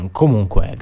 comunque